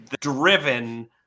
Driven